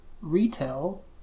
retail